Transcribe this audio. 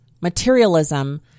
materialism